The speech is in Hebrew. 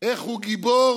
איך הוא גיבור